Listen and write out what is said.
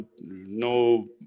no